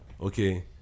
okay